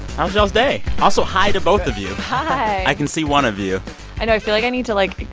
how's y'all's day? also, hi to both of you hi i can see one of you i know. i feel like i need to, like,